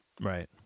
Right